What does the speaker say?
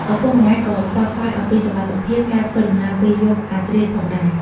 ឪពុកម្តាយក៏ខ្វល់ខ្វាយអំពីសុវត្ថិភាពការធ្វើដំណើរពេលយប់អាធ្រាតផងដែរ។